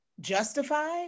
justified